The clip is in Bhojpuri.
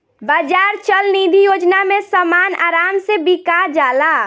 बाजार चल निधी योजना में समान आराम से बिका जाला